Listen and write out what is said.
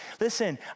Listen